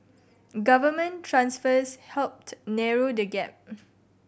government transfers helped narrow the gap